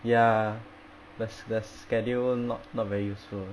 ya the the schedule not not very useful